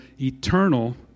eternal